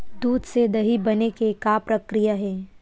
दूध से दही बने के का प्रक्रिया हे?